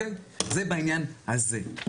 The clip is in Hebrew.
זה בעניין הזה.